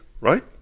right